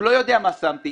הוא לא יודע מה שמתי.